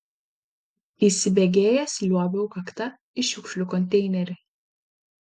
įsibėgėjęs liuobiau kakta į šiukšlių konteinerį